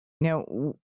Now